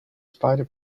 spider